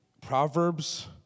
Proverbs